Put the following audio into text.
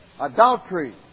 adultery